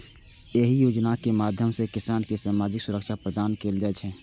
एहि योजनाक माध्यम सं किसान कें सामाजिक सुरक्षा प्रदान कैल जाइ छै